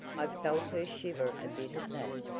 i felt her shiver a bit at that,